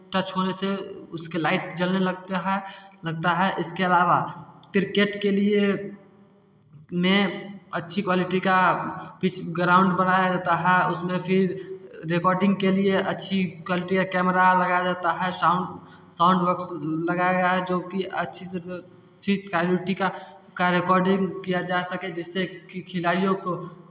touch होने से उसकी लाइट जलने लगते है लगता है इसके अलावा क्रिकेट के लिए में अच्छी क्वालिटी का पिच ग्राउंड बनाया जाता उसमें फिर रिकॉर्डिंग के लिए अच्छी क्वालिटी कैमरा लगाया जाता है साउंड साउंड बोक्स लगाया जो कि अच्छी क्वालिटी का का रिकॉर्डिंग किया जा सके जिससे खिलाड़ियों को